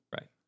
Right